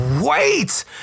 wait